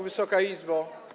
Wysoka Izbo!